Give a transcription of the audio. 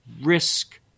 risk